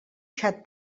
xat